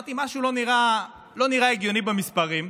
אמרתי שמשהו לא נראה הגיוני במספרים,